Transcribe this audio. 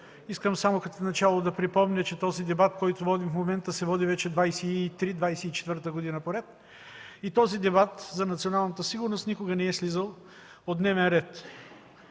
Искам само като начало да припомня, че този дебат, който водим в момента, и се води вече 23, 24-та година поред. Този дебат за националната сигурност никога не е слизал от дневен ред.